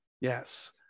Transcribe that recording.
Yes